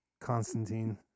Constantine